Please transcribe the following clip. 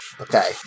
Okay